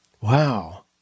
Wow